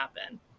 happen